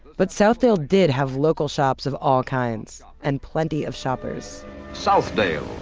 but southdale did have local shops of all kinds and plenty of shoppers southdale,